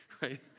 right